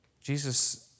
Jesus